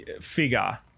figure